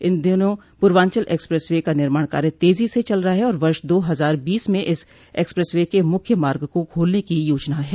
इन दिनों Purvanchal expressway का निर्माण कार्य तेजी से चल रहा है और वर्ष दो हजार बीस में इस एक्सप्रेस वे के मुख्य मार्ग को खोलने की योजना है